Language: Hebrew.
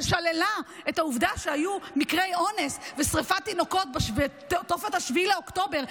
ששללה את העובדה שהיו מקרי אונס ושרפת תינוקות בתופת 7 באוקטובר,